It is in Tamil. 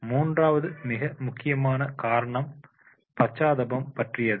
மூன்றாவது மிக முக்கியமான காரணம் பச்சாதாபம் பற்றியது